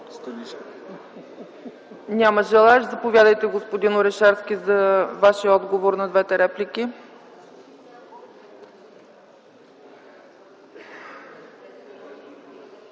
Няма желаещи. Заповядайте, господин Орешарски, за Вашия отговор на двете реплики.